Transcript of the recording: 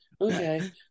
okay